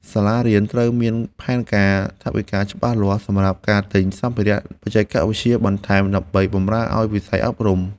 សាលារៀនត្រូវមានផែនការថវិកាច្បាស់លាស់សម្រាប់ការទិញសម្ភារៈបច្ចេកវិទ្យាបន្ថែមដើម្បីបម្រើឱ្យវិស័យអប់រំ។